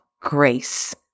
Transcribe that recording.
grace